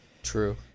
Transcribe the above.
true